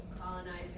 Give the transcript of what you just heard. Colonizing